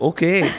Okay